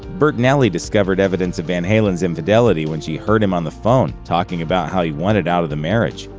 bertinelli discovered evidence of van halen's infidelity when she heard him on the phone, talking about how he wanted out of the marriage.